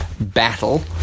battle